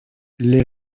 les